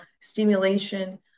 stimulation